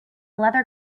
leather